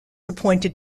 appointed